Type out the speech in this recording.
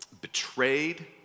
betrayed